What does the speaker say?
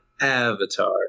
Avatar